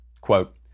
Quote